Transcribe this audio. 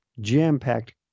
jam-packed